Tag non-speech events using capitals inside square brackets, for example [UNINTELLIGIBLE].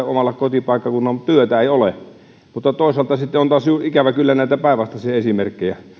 [UNINTELLIGIBLE] omalla kotipaikkakunnallaan mutta työtä ei ole mutta toisaalta sitten on taas ikävä kyllä näitä päinvastaisia esimerkkejä